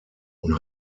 und